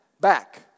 back